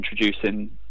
introducing